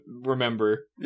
remember